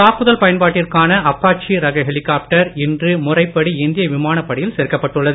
தாக்குதல் பயன்பாட்டிற்கான அப்பாச்சி ரக ஹெலிகாப்டர் இன்று முறைப்படி இந்திய விமானப்படையில் சேர்க்கப்பட்டுள்ளது